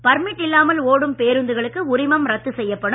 permit இல்லாமல் ஓடும் பேருந்துகளுக்கு உரிமம் ரத்து செய்யப்படும்